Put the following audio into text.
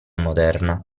moderna